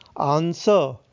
answer